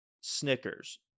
Snickers